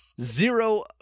Zero